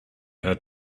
had